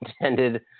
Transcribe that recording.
intended